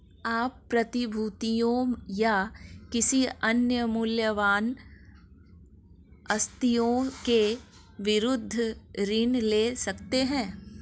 आप प्रतिभूतियों या किसी अन्य मूल्यवान आस्तियों के विरुद्ध ऋण ले सकते हैं